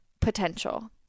potential